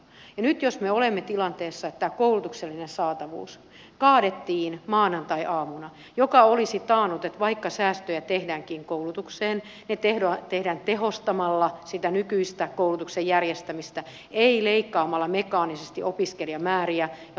ja nyt me olemme tilanteessa että maanantaiaamuna kaadettiin koulutuksellinen saatavuus joka olisi taannut että vaikka säästöjä tehdäänkin koulutuksesta ne tehdään tehostamalla sitä nykyistä koulutuksen järjestämistä ei leikkaamalla mekaanisesti opiskelijamääriä ja lukioyksikköhintaa